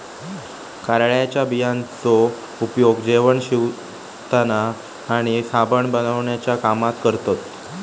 कारळ्याच्या बियांचो उपयोग जेवण शिवताना आणि साबण बनवण्याच्या कामात करतत